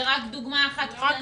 זו רק דוגמה אחת.